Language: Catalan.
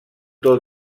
del